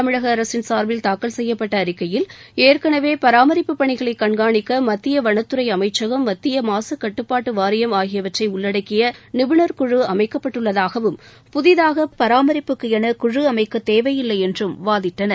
தமிழக அரசின் சார்பில் தாக்கல் செய்யப்பட்ட அறிக்கையில் ஏற்கனவே பராமரிப்புப் பணிகளை கண்கானிக்க மத்திய அவனத்துறை அமைச்சகம் மத்திய மாசுக் கட்டுப்பாட்டு வாரியம் ஆகியவற்றை உள்ளடக்கிய நிபுணர் குழு அமைக்கப்பட்டுள்ளதாகவும் புதிதாக பராமரிப்புக்கு என குழு அமைக்க தேவையில்லை என்றும் வாதிட்டனர்